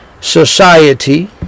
Society